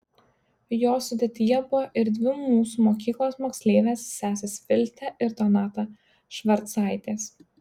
jos sudėtyje buvo ir dvi mūsų mokyklos moksleivės sesės viltė ir donata švarcaitės